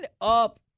up